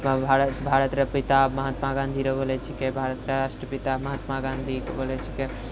भारतरे पिता महात्मा गाँधीरे बोलै छिके भारतरे राष्ट्रपिता महात्मा गाँधी बोलै छिके